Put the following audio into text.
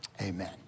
amen